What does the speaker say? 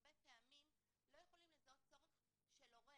הרבה פעמים לא יכולים לזהות צורך של הורה